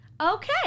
Okay